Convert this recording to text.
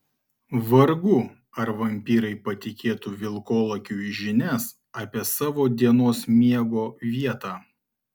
vargu ar vampyrai patikėtų vilkolakiui žinias apie savo dienos miego vietą